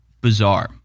bizarre